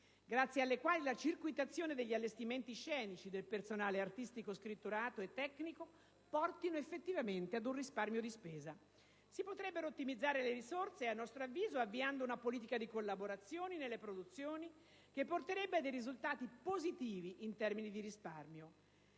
grazie alle quali la circuitazione degli allestimenti scenici e del personale artistico scritturato e tecnico porti effettivamente ad un risparmio di spesa. Si potrebbero ottimizzare le risorse, a nostro avviso, avviando una politica di collaborazioni nelle produzioni che porterebbe a dei risultati positivi in termini di risparmio.